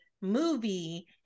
movie